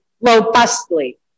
robustly